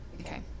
Okay